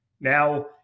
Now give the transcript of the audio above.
now